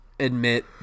admit